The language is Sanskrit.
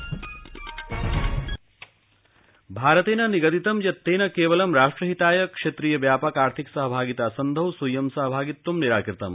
शीय्ष गोयलः भारतेन निगदितं यत्तेन केवलं राष्ट्रहिताय क्षेत्रीय व्यापकार्थिक सहभागिता सन्धौ स्वीयं सहभागित्वं निराकृतम्